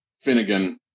Finnegan